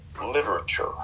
literature